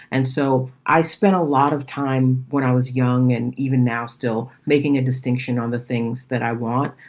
and so i spent a lot of time when i was young and even now still making a distinction on the things that i want.